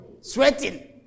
sweating